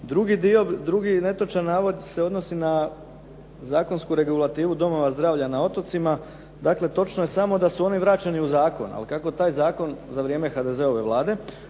Drugi netočan navod se odnosi na zakonsku regulativu domova zdravlja na otocima. Dakle, točno je samo da su oni vraćeni u zakon za vrijeme HDZ-ove Vlade